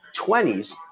20s